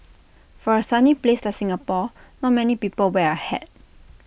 for A sunny place like Singapore not many people wear A hat